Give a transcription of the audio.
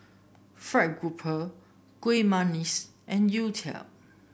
fried grouper Kuih Manggis and youtiao